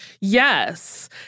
Yes